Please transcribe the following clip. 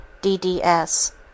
DDS